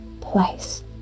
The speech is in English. place